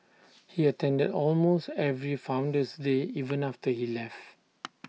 he attended almost every Founder's day even after he left